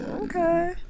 Okay